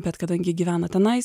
bet kadangi gyvena tenais